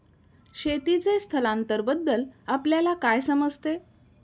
शेतीचे स्थलांतरबद्दल आपल्याला काय समजते?